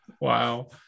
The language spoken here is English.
Wow